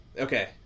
Okay